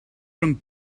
rhwng